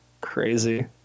Crazy